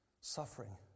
suffering